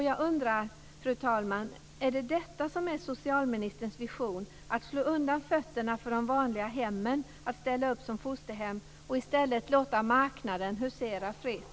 Jag undrar, fru talman, om socialministerns vision är den att slå undan fötterna för de vanliga hemmen när det gäller möjligheterna att ställa upp som fosterhem och att i stället låta marknaden husera fritt.